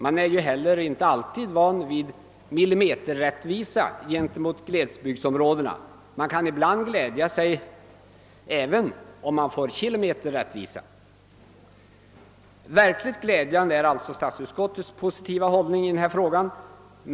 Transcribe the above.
Man är heller inte alltid van vid millimeterrättvisa gentemot glesbygdsområdena; ibland kan man glädja sig även om det bara blir kilometerrättvisa. Verkligt glädjande är alltså statsutskottets positiva hållning i denna fråga.